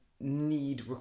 Need